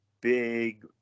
big